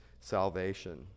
salvation